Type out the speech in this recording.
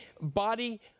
body